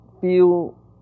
feel